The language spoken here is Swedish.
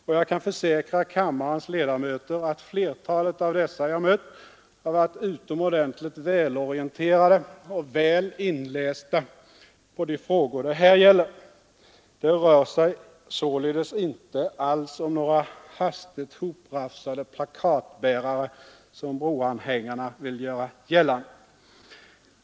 Och jag kan försäkra kammarens ledamöter att flertalet av dem jag mött har varit utomordentligt välorienterade och väl inlästa på de frågor det här gäller. Det rör sig således inte alls om några hastigt hoprafsade plakatbärare, som broanhängarna vill göra gällande.